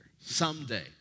Someday